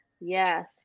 Yes